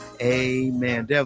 Amen